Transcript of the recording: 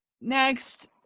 Next